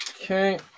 Okay